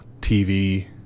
TV